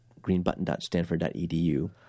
greenbutton.stanford.edu